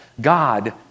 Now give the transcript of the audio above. God